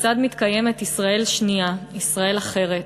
כיצד מתקיימת ישראל שנייה, ישראל אחרת,